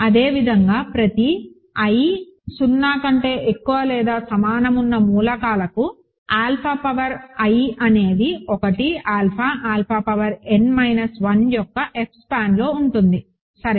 అదే విధంగా ప్రతి i 0 మూలకాలకు ఆల్ఫా పవర్ i అనేది 1 alpha alpha power n minus 1 యొక్క F స్పాన్లో ఉంటుంది సరే